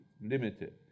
limited